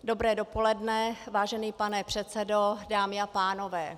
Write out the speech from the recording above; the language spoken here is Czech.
Dobré dopoledne, vážený pane předsedo, dámy a pánové.